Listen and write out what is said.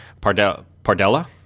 pardella